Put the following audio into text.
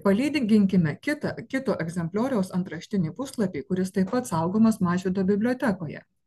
palyginkime kitą kito egzemplioriaus antraštinį puslapį kuris taip pat saugomas mažvydo bibliotekoje